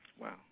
Wow